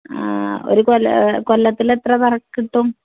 ഒരു കൊല്ല കൊല്ലത്തിൽ എത്ര വരെ കിട്ടും